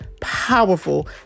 powerful